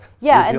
yeah, and